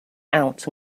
out